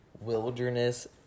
wilderness